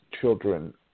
children